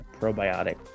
probiotic